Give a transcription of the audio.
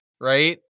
right